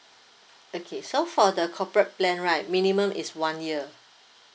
okay so for the corporate plan right minimum is one year